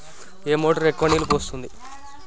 ఏ motor ఎక్కువ నీళ్లు పోస్తుంది?